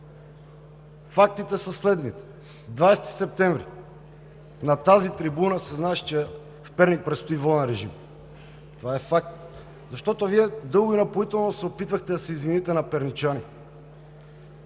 фактите са следните: 20 септември – на тази трибуна се знаеше, че в Перник предстои воден режим. Това е факт! Защото Вие дълго и напоително се опитвахте да се извините на перничани.